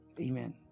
Amen